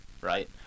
right